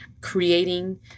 creating